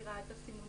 שמכירה את הסימונים,